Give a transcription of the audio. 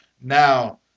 Now